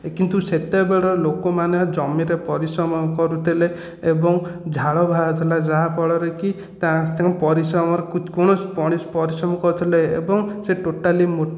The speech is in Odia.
କିନ୍ତୁ ସେତେବେଳର ଲୋକମାନେ ଜମିରେ ପରିଶ୍ରମ କରୁଥିଲେ ଏବଂ ଝାଳ ବାହାରୁଥିଲା ଯାହାଫଳରେ କି ତା ତେଣୁ ପରିଶ୍ରମର କୌଣସି ପରି ପରିଶ୍ରମ କରୁଥିଲେ ଏବଂ ସେ ଟୋଟାଲି ମୋ